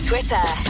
Twitter